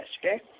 okay